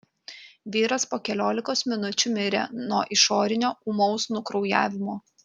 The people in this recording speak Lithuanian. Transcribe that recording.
vyras po keliolikos minučių mirė nuo išorinio ūmaus nukraujavimo